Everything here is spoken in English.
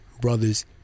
brothers